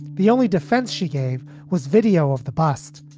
the only defense she gave was video of the past,